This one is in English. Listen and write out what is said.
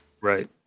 Right